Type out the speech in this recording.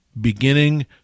beginning